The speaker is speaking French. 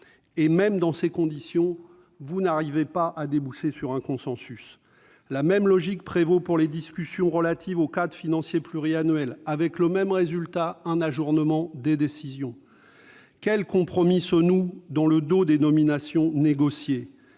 Et, même dans ces conditions, vous n'arrivez pas à déboucher sur un consensus ! La même logique prévaut pour les discussions relatives au cadre financier pluriannuel. Avec le même résultat : un ajournement des décisions. Quels compromis se nouent en arrière-plan des nominations négociées ?